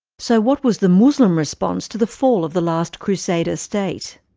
so what was the muslim response to the fall of the last crusader state?